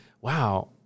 wow